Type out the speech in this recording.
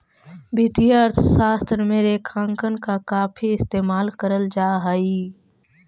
वित्तीय अर्थशास्त्र में रेखांकन का काफी इस्तेमाल करल जा हई